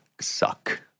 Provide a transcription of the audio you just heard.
suck